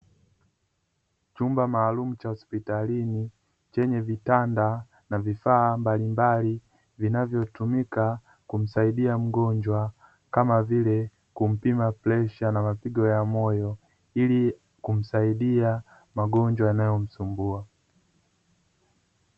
Chumba maalumu cha hospitalini chenye vitanda na vifaa mbalimbali vinavyotumika kumsaidia mgonjwa, kama vile kumpima presha na mapigo ya moyo ili kumsaidia magonjwa yanayomsumbua.